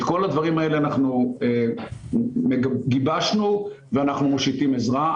את כל הדברים האלה אנחנו גיבשנו ואנחנו מושיטים עזרה.